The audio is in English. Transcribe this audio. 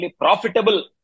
profitable